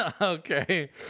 Okay